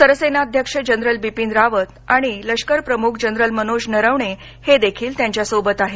सरसेनाध्यक्ष जनरल बिपीन रावत आणि लष्कर प्रमुख जनरल मनोज नरवणे हे देखील त्यांच्यासोबत आहेत